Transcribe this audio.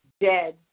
dead